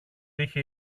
είχε